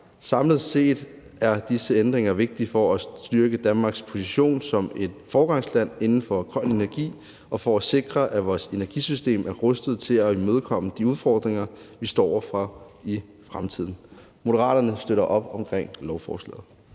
Samlet set er disse ændringer vigtige for at styrke Danmarks position som et foregangsland inden for grøn energi og for at sikre, at vores energisystem er rustet til at imødegå de udfordringer, vi står over for i fremtiden. Moderaterne støtter op om lovforslaget.